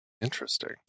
Interesting